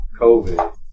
COVID